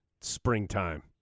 springtime